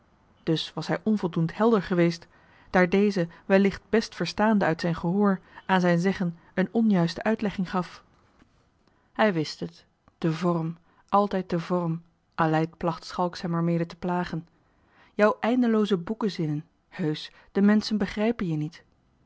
dus was hij onvoldoend helder geweest daar deze wellicht best verstaande uit zijn gehoor aan zijn zeggen een onjuiste uitlegging gaf hij wist het de vorm altijd de vorm aleid placht schalks hem er mede johan de meester de zonde in het deftige dorp te plagen jou eindelooze boekezinnen heusch de menschen begrijpen je niet